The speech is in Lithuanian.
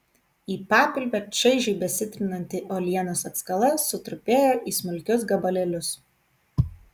į papilvę čaižiai besitrinanti uolienos atskala sutrupėjo į smulkius gabalėlius